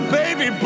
baby